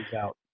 out